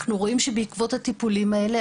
אנחנו רואים שבעקבות הטיפולים האלה,